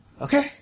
Okay